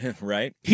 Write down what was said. Right